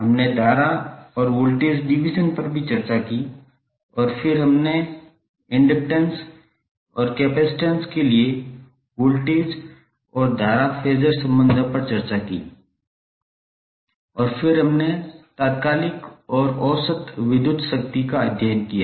हमने धारा और वोल्टेज डिवीजन पर भी चर्चा की और फिर हमने इंडक्टैंस और कपसिटंस के लिए वोल्टेज और धारा फेज़र संबंधों पर चर्चा की और फिर हमने तात्कालिक और औसत विद्युत शक्ति का अध्ययन किया